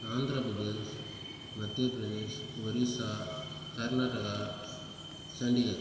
Andhra Pradesh Madhya Pradesh Odisha Karnataka Chandigarh